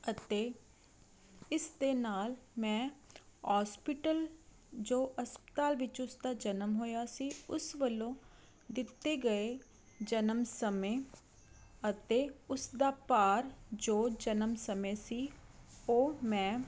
ਅਤੇ ਇਸ ਦੇ ਨਾਲ ਮੈਂ ਹੋਸਪਿਟਲ ਜੋ ਹਸਪਤਾਲ ਵਿੱਚ ਉਸ ਦਾ ਜਨਮ ਹੋਇਆ ਸੀ ਉਸ ਵੱਲੋਂ ਦਿੱਤੇ ਗਏ ਜਨਮ ਸਮੇਂ ਅਤੇ ਉਸ ਦਾ ਭਾਰ ਜੋ ਜਨਮ ਸਮੇਂ ਸੀ ਉਹ ਮੈਂ